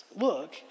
Look